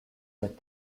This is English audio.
that